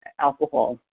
alcohol